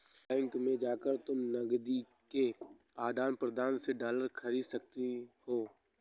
bank में जाकर तुम नकदी के आदान प्रदान से डॉलर खरीद सकती हो